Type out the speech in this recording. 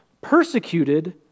persecuted